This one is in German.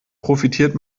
profitiert